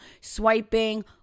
swiping